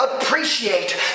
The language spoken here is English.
appreciate